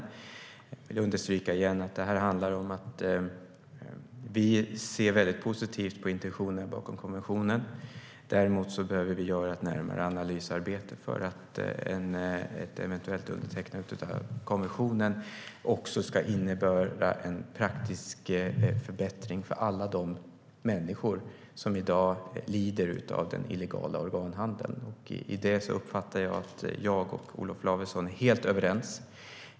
Jag vill igen understryka att det handlar om att vi ser positivt på intentionen bakom konventionen men behöver göra ett närmare analysarbete för att ett eventuellt undertecknande av konventionen också ska innebära en praktisk förbättring för alla de människor som i dag lider av den illegala organhandeln. I den frågan uppfattar jag att jag och Olof Lavesson är helt överens.